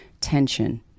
tension